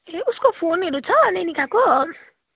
ए उसको फोनहरू छ नैनीकाको